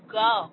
go